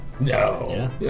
No